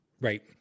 Right